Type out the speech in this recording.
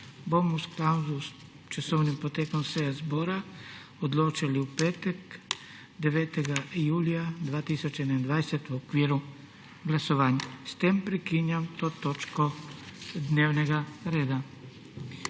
bomo v skladu s časovnim potekom seje zbora odločali v petek, 9. julija 2021, v okviru glasovanj. S tem prekinjam to točko dnevnega reda.